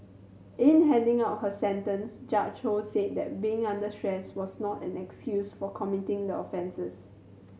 in handing out her sentence Judge Ho said that being under stress was not an excuse for committing the offences